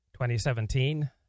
2017